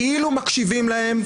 כאילו מקשיבים להם,